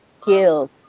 skills